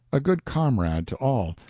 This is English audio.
a good comrade to all,